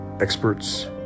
Experts